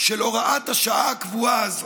של הוראת השעה הקבועה הזאת,